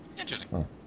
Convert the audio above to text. Interesting